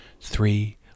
three